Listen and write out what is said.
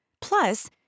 Plus